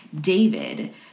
David